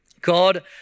God